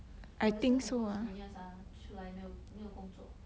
我也是很多 seniors ah 出来没有没有工作